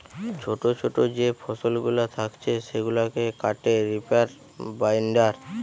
ছোটো ছোটো যে ফসলগুলা থাকছে সেগুলাকে কাটে রিপার বাইন্ডার